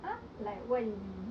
!huh! like what you mean